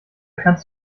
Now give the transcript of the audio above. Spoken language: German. kannst